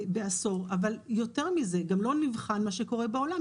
בעשור, אבל יותר מזה, גם לא נבחן מה שקורה בעולם.